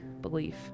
belief